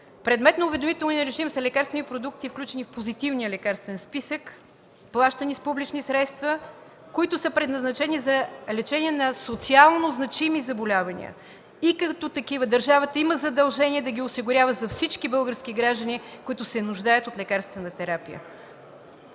преди мен – са лекарствени продукти, включени в Позитивния лекарствен списък, плащани с публични средства, предназначени за лечение на социално значими заболявания. Като такива държавата има задължението да ги осигурява за всички български граждани, които се нуждаят от лекарствена терапия.